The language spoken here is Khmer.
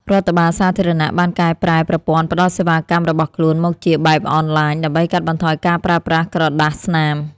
រដ្ឋបាលសាធារណៈបានកែប្រែប្រព័ន្ធផ្តល់សេវាកម្មរបស់ខ្លួនមកជាបែបអនឡាញ ដើម្បីកាត់បន្ថយការប្រើប្រាស់ក្រដាសស្នាម។